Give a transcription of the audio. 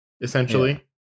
essentially